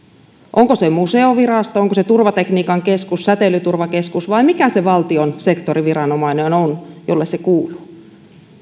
onko se museovirasto onko se turvatekniikan keskus säteilyturvakeskus vai mikä se valtion sektoriviranomainen on jolle se kuuluu